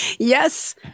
Yes